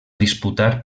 disputar